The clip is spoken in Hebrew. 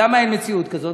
למה אין מציאות כזאת?